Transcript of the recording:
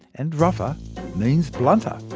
and rougher means blunter.